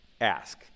Ask